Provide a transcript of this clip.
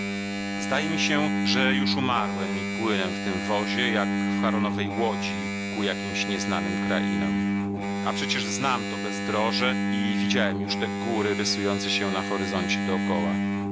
zdaje mi się że już umarłem i płynę w tym wozie jak w charonowej łodzi ku jakimś nieznanym krainom a przecież znam to bezdroże i widziałem już te góry rysujące się na horyzoncie dokoła